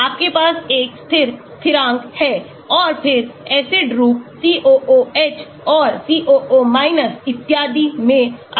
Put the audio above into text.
आपके पास एक स्थिर स्थिरांक है और फिर एसिड रूप COOH और COO इत्यादि में अलग हो जाते हैं